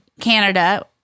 canada